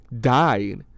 died